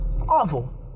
awful